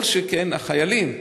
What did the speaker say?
כל שכן החיילים,